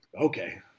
Okay